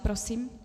Prosím.